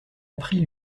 appris